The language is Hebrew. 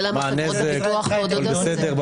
הכול בסדר,